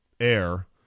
air